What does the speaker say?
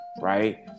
right